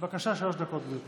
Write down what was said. בבקשה, שלוש דקות, גברתי.